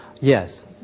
Yes